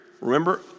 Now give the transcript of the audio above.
remember